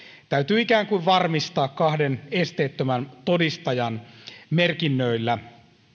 täytyy ikään kuin varmistaa kahden esteettömän todistajan merkinnöillä